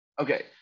Okay